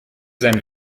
sein